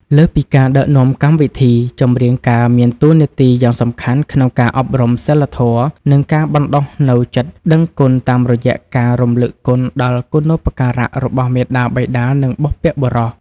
លើសពីការដឹកនាំកម្មវិធី ចម្រៀងការមានតួនាទីយ៉ាងសំខាន់ក្នុងការអប់រំសីលធម៌ និងការបណ្តុះនូវចិត្តដឹងគុណតាមរយៈការរំលឹកដល់គុណូបការៈរបស់មាតាបិតា និងបុព្វបុរស។